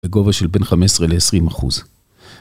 בגובה של בין 15% ל-20%.